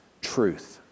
truth